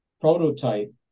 prototype